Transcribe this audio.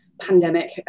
pandemic